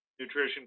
nutrition